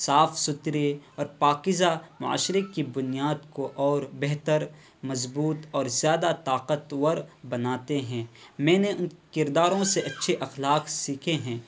صاف ستھرے اور پاکیزہ معاشرے کی بنیاد کو اور بہتر مضبوط اور زیادہ طاقت ور بناتے ہیں میں نے ان کرداروں سے اچھے اخلاق سیکھے ہیں